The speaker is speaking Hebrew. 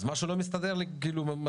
אז משהו לא מסתדר לי מתמטית.